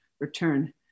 return